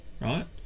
right